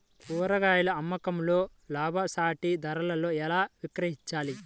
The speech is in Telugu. కూరగాయాల అమ్మకంలో లాభసాటి ధరలలో ఎలా విక్రయించాలి?